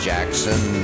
Jackson